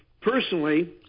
personally